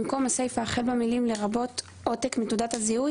במקום הסיפה החל במילים "לרבות עותק מתעודת הזיהוי"